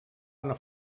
una